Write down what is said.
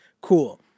Cool